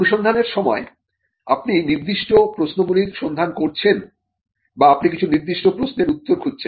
অনুসন্ধানের সময় আপনি নির্দিষ্ট প্রশ্নগুলির সন্ধান করছেন বা আপনি কিছু নির্দিষ্ট প্রশ্নের উত্তর খুঁজছেন